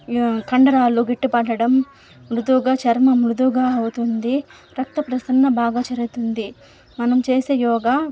కండరాలు గట్టిపడడం మృదువుగా చర్మం మృదువుగా అవుతుంది రక్తప్రసరణ బాగా జరుగుతుంది మనం చేసే యోగా